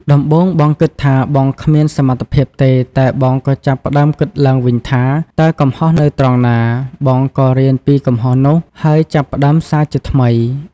ដំបូងបងគិតថាបងគ្មានសមត្ថភាពទេ តែបងក៏ចាប់ផ្ដើមគិតឡើងវិញថា តើកំហុសនៅត្រង់ណា? បងក៏រៀនពីកំហុសនោះ ហើយចាប់ផ្ដើមសាជាថ្មី។